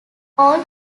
all